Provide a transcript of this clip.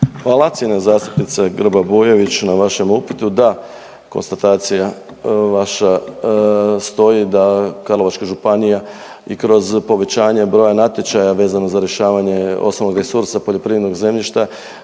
Hvala cijenjena zastupnice Grba-Bujević na vašem upitu. Da, konstatacija vaša stoji da Karlovačka županija i kroz povećanje broja natječaja vezano za rješavanje osnovnog resursa poljoprivrednog zemljišta